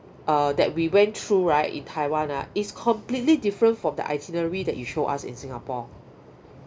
uh that we went through right in taiwan ah is completely different from the itinerary that you showed us in singapore